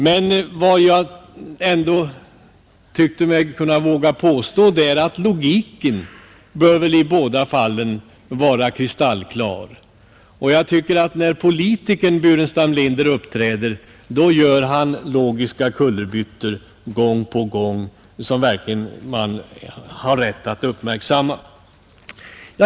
Men vad jag ändå tyckte mig våga påstå är att logiken i båda fallen bör vara kristallklar, och jag tycker att när politikern Burenstam Linder uppträder gör han logiska kullerbyttor gång på gång, som man verkligen har rätt att uppmärksamma.